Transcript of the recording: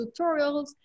tutorials